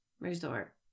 resort